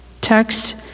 text